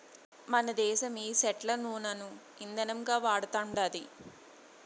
మనదేశం ఈ సెట్ల నూనను ఇందనంగా వాడతండాది